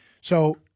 So-